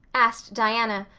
asked diana,